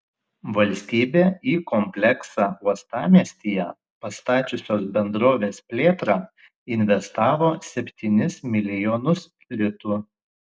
valstybė į kompleksą uostamiestyje pastačiusios bendrovės plėtrą investavo septynis milijonus litų